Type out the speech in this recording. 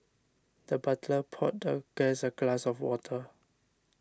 the butler poured the guest a glass of water